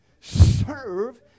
Serve